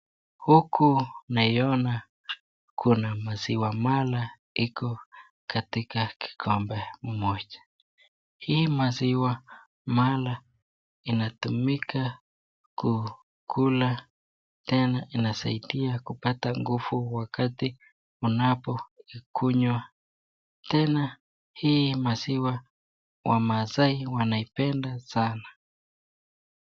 Huku naiona kuna maziwa mala iko katika kikombe moja hii maziwa mala inatumika kukula tena inasaidia kupata nguvu wakati unapokunywa tena hii maziwa wamaasai wanapenda sana.